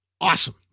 Awesome